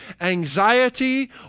anxiety